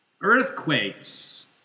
earthquakes